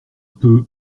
peu